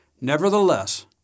Nevertheless